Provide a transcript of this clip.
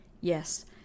Yes